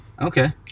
okay